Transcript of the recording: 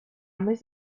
més